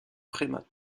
premat